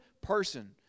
person